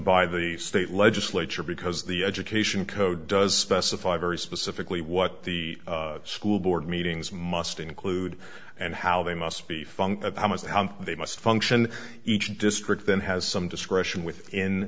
by the state legislature because the education code does testify very specifically what the school board meetings must include and how they must be funky how much how they must function each district then has some discretion within